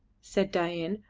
said dain,